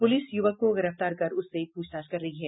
police युवक को गिरफ्तार कर उससे पूछताछ कर रही है